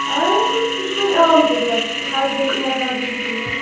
اَدٕ سُہ چھُ وۅنۍ آمتُے پتہٕ ہَتھ گَژھِ اور ہَتھ گژھِ یور